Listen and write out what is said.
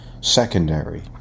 secondary